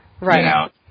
Right